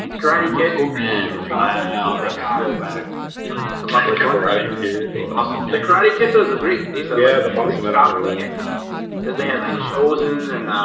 karate capable man and yeah ah that kind of go back the karate kid and so um like karate kid does agree so yeah the monster monopoly is they having chosen and